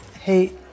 Hey